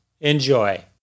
Enjoy